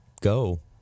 go